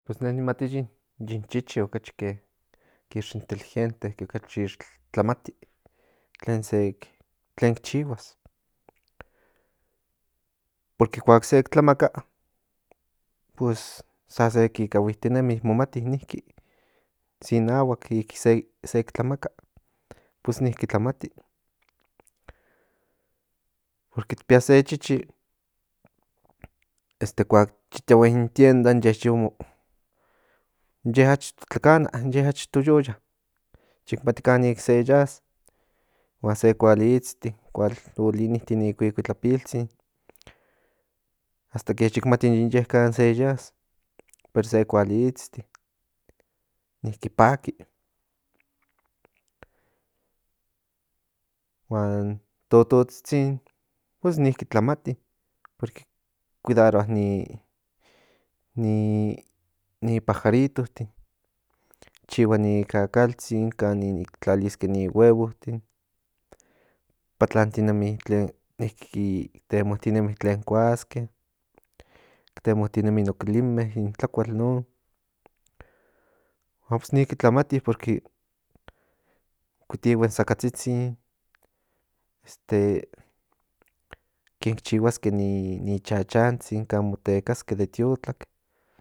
Pos ne nicmati yen chichi que ix in teligente yixtlamati tlen secchihuas porque cuac sec tlamaca pos sa se kicahuitinemi momatia niki si nahuac sec tlamaca pos niki tlamati porque pía se chichi cuac tiahuen in tienda in ye yomo inye achto tlacana ye achto yoya yic mati cani se yas huan se cual isti cuál olinisti ni cuicuitlapilzhin asta que yic mati yinye can se yas de cuál i isti niki paki huan totozhizhin pos niki tlamati porque cuidará ni ni pajaritotin chihua ni cacalzhin tlalisque ni huevotin patlatinemi niki temotinemi tlen cuasque temotinemi in ocuilime nin tlacual non huan pos niki tlamati cuitihue in sacazhizhin esté kin chihuaske nin chachazhin can motecasque de tiotlac.